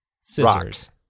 scissors